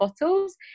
bottles